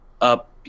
up